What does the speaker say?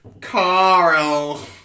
Carl